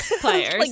Players